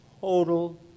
total